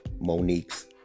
Monique's